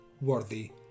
worthy